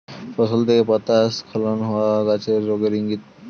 ফসল থেকে পাতা স্খলন হওয়া গাছের রোগের ইংগিত